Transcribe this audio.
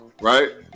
right